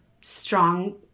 strong